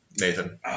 Nathan